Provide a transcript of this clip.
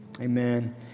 Amen